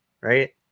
right